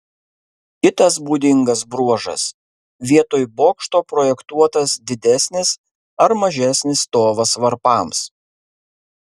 kitas būdingas bruožas vietoj bokšto projektuotas didesnis ar mažesnis stovas varpams